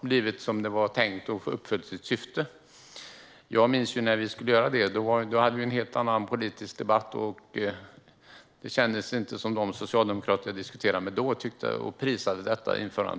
blivit som det var tänkt och uppfyller sitt syfte. Jag minns när vi skulle göra detta. Då hade vi en helt annan politisk debatt, och det kändes inte som om de socialdemokrater som jag diskuterade med då prisade införandet.